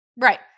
Right